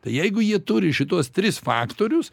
tai jeigu jie turi šituos tris faktorius